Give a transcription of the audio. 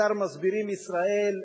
אתר "מסבירים ישראל",